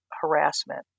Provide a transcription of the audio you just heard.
harassment